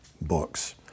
books